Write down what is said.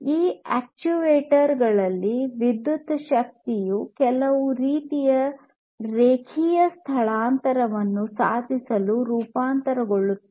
ಈ ಅಕ್ಚುಯೇಟರ್ ಳಲ್ಲಿನ ವಿದ್ಯುತ್ ಶಕ್ತಿಯು ಕೆಲವು ರೀತಿಯ ರೇಖೀಯ ಸ್ಥಳಾಂತರವನ್ನು ಸಾಧಿಸಲು ರೂಪಾಂತರಗೊಳ್ಳುತ್ತದೆ